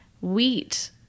wheat